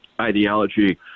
ideology